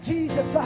Jesus